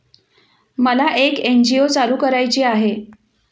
मला एक एन.जी.ओ चालू करायची आहे